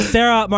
Sarah